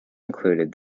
included